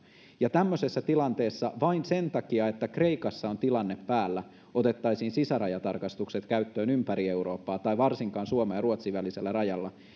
ja jos tämmöisessä tilanteessa otettaisiin vain sen takia että kreikassa on tilanne päällä sisärajatarkastukset käyttöön ympäri eurooppaa tai varsinkin suomen ja ruotsin välisellä rajalla